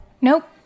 Nope